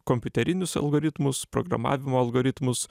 kompiuterinius algoritmus programavimo algoritmus